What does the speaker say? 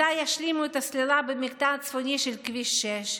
מתי ישלימו את הסלילה במקטע הצפוני של כביש 6?